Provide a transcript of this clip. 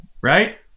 right